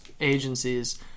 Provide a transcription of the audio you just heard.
agencies